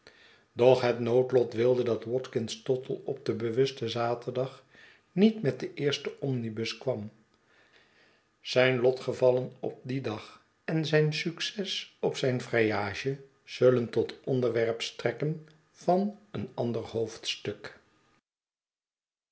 doch het noodlot wilde dat watkins tottle op den bewusten zaterdag niet met de eerste omnibus kwam zijn lotgevallen op dien dag en zijn succes op zijn vrijage zullen tot onderwerp strekken van een ander hoofdstuk